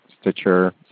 Stitcher